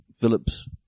Phillips